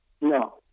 No